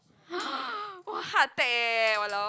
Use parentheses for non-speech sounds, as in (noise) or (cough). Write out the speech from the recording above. (breath) !whoa! heart attack eh !walao!